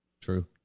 True